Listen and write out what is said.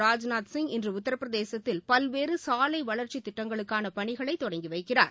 ராஜ்நாத் சிங் இன்று உத்தரப்பிரதேசத்தில் பல்வேறு சாலை வளர்ச்சித் திட்டங்களுக்கான பணிகளை தொடங்கி வைக்கிறார்